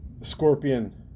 scorpion